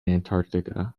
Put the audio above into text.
antarctica